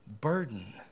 burden